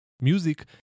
music